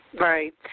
Right